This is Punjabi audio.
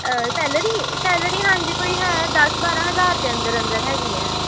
ਸੈਲਰੀ ਸੈਲਰੀ ਹਾਂਜੀ ਕੋਈ ਹੈ ਦਸ ਬਾਰਾਂ ਹਜ਼ਾਰ ਦੇ ਅੰਦਰ ਅੰਦਰ ਹੈਗੀ ਹੈ